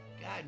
God